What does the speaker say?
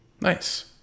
Nice